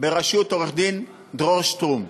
בראשות עורך-דין דרור שטרום.